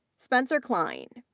spencer kline,